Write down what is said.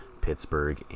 Pittsburgh